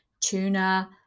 tuna